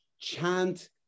chant